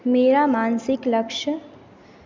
मेरा मानसिक लक्ष्य